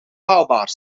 haalbaar